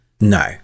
No